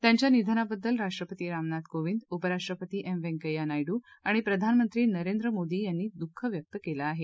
त्यांच्या निधनाबद्दल राष्ट्रपती रामनाथ कोविंद उपराष्ट्रपती एम व्यंकय्या नायडू आणि प्रधानमंत्री नरेंद्र मोदी यांनी दुःख व्यक्त केलं आहे